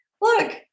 look